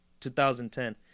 2010